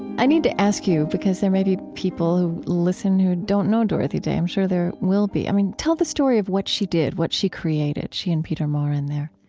i need to ask you because there may be people who listen who don't know dorothy day, i'm sure there will be i mean, tell the story of what she did, what she created, she and peter maurin, there